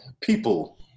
People